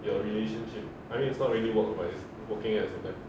your relationship I mean it's not really work right working as web